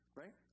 right